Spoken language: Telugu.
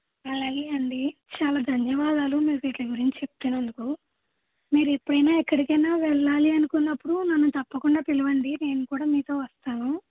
అలాగే అండీ చాలా ధన్యవాదాలు మీరు వీటి గురించి చెప్తున్నందుకు మీరు ఎప్పుడైనా ఎక్కడికైనా వెళ్లాలి అనుకున్నప్పుడు నన్ను తప్పకుండా పిలవండి నేను కూడా మీతో వస్తాను